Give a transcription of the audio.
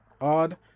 Odd